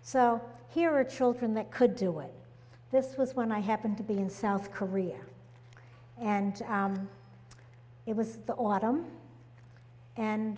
so here are children that could do it this was when i happened to be in south korea and it was the autumn and